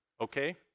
okay